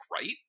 right